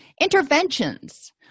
interventions